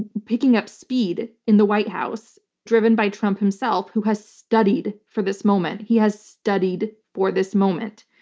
picking up speed in the white house, driven by trump himself, who has studied for this moment, he has studied for this moment.